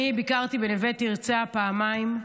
אני ביקרתי בנווה תרצה פעמיים.